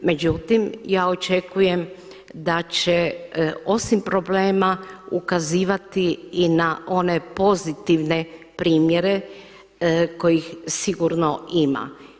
Međutim, ja očekujem da će osim problema ukazivati i na one pozitivne primjere kojih sigurno ima.